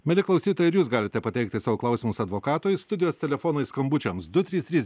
mieli klausytojai ir jūs galite pateikti savo klausimus advokatui studijos telefonai skambučiams du trys trys